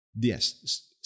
yes